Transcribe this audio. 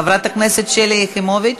חברת הכנסת שלי יחימוביץ,